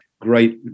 great